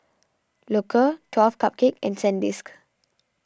Loacker twelve Cupcakes and Sandisk